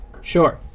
Sure